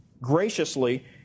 graciously